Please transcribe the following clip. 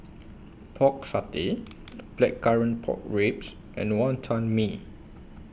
Pork Satay Blackcurrant Pork Ribs and Wonton Mee